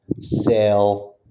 sale